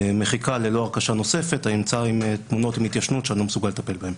מחיקה ללא הרכשה נוספת עם תמונות עם התיישנות שאני לא מסוגל לטפל בהם.